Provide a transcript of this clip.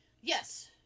Yes